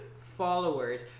followers